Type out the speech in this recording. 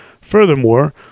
Furthermore